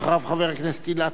ואחריו, חבר הכנסת אילטוב.